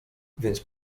więc